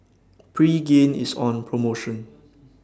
Pregain IS on promotion